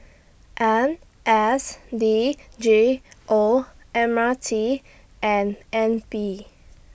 N S D G O M R T and N P